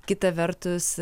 kita vertus